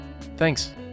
Thanks